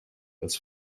als